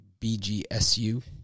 BGSU